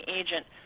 agent